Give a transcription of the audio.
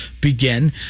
begin